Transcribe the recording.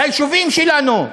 ליישובים שלנו.